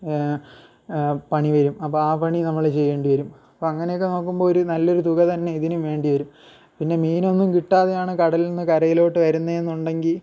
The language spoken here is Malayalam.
പണി വരും അപ്പോൾ ആ പണി നമ്മൾ ചെയ്യേണ്ടി വരും അപ്പം അങ്ങനെയൊക്കെ നോക്കുമ്പോൾ ഒരു നല്ലൊരു തുക തന്നെ ഇതിന് വേണ്ടി വരും പിന്നെ മീനൊന്നും കിട്ടാതെയാണ് കടലിൽ നിന്ന് കരയിലോട്ട് വരുന്നതെന്നുണ്ടെങ്കിൽ